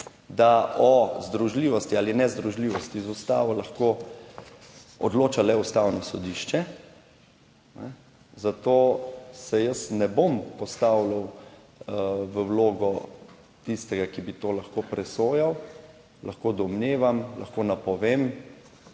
da o združljivosti ali nezdružljivosti z Ustavo lahko odloča le Ustavno sodišče. Zato se jaz ne bom postavljal v vlogo tistega, ki bi to lahko presojal. Lahko domnevam, lahko napovem,